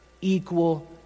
equal